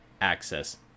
access